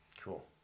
Cool